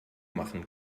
machen